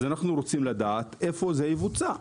אנחנו רוצים לדעת איפה זה יבוצע,